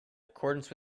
accordance